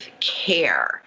care